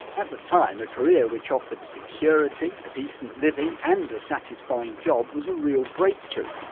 at the time a career which offered security, a decent living and a satisfying job was a real breakthrough.